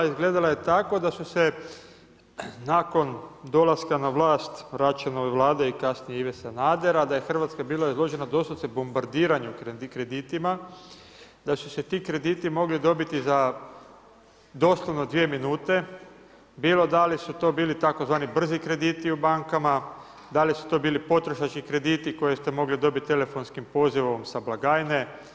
Izgledala je tako da su se nakon dolaska na vlast Račanove Vlade i kasnije Ive Sanadera da je Hrvatska bila izložena doslovce bombardiranju kreditima, da su se ti krediti mogli dobiti za doslovno 2 minute bilo da li su to bili tzv. brzi krediti u bankama, da li su to bili potrošački krediti koje ste mogli dobiti telefonskim pozivom sa blagajne.